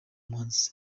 umuhanzi